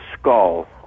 skull